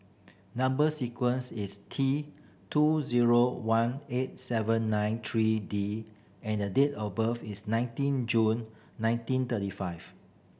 number sequence is T two zero one eight seven nine three D and the date of birth is nineteen June nineteen thirty five